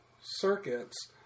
circuits